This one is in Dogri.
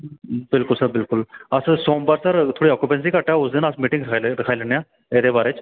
बिल्कुल सर बिल्कुल अस सोमवार सर थोह्ड़ी घट्ट ऐ उस दिन अस मीटिंग रखाई लैन्ने आं एहदे बारे च